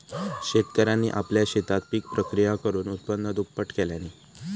शेतकऱ्यांनी आपल्या शेतात पिक प्रक्रिया करुन उत्पन्न दुप्पट केल्यांनी